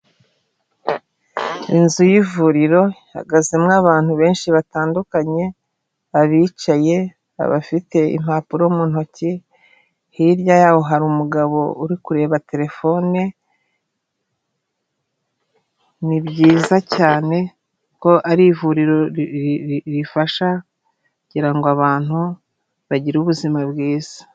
Inzu y'ivuriro ihahagaze abantu benshi batandukanye, abicaye, abafite impapuro ntoki, hirya yaho hari umugabo uri kureba terefone, ni byiza cyane ko ari ivuriro ri ri rifasha kugira ngo abantu bagire ubuzima bwiza.